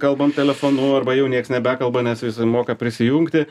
kalbam telefonu arba jau nieks nebekalba nes visi moka prisijungti